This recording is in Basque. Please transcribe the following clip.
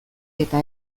eta